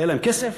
היה להם כסף,